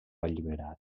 alliberat